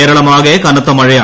കേരളമാകെ കനത്ത മഴയാണ്